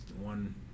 one